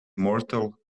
mortal